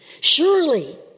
Surely